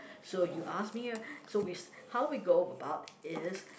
so you ask me so we how we go about is